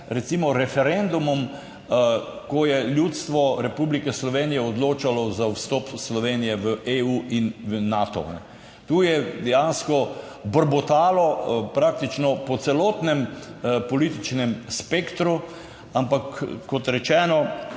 recimo referendumom, ko je ljudstvo Republike Slovenije odločalo za vstop Slovenije v EU in v Nato. Tu je dejansko brbotalo praktično po celotnem političnem spektru, ampak kot rečeno,